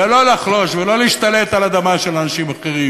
זה לא לחלוש ולא להשתלט על אדמה של אנשים אחרים,